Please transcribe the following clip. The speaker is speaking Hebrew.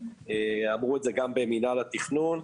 אמרו את זה גם במנהל התכנון,